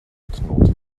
knurrt